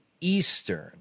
Eastern